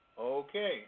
Okay